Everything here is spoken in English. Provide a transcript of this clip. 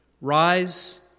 Rise